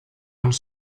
uns